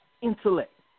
intellect